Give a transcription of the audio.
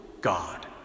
God